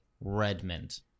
Redmond